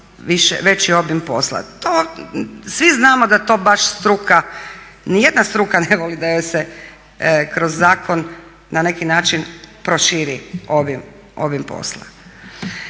veći obim posla. To svi znamo da to baš struka, nijedna struka ne voli da joj se kroz zakon na neki način proširi obim posla.